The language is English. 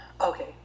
Okay